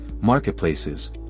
marketplaces